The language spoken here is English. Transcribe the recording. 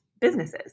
businesses